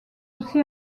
aussi